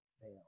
fail